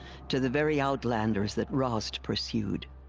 to the very outlanders that rost pursued.